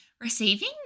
receiving